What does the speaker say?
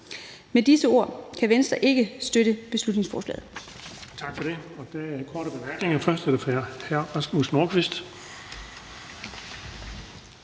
Med disse ord kan Venstre ikke støtte beslutningsforslaget.